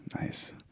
Nice